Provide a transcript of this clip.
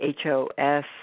HOS